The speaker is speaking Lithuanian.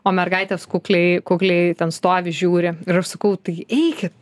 o mergaitės kukliai kukliai ten stovi žiūri ir aš sakau tai eikit